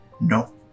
no